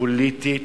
פוליטית.